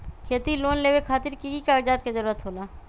खेती लोन लेबे खातिर की की कागजात के जरूरत होला?